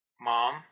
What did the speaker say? Mom